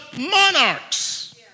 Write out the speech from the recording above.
monarchs